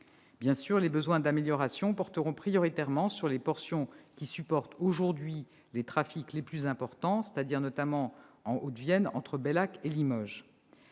Bien sûr, les besoins d'amélioration porteront prioritairement sur les portions qui supportent aujourd'hui la circulation la plus importante, c'est-à-dire, notamment, en Haute-Vienne, entre Bellac et Limoges.